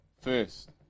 first